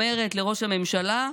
אומרת לראש הממשלה: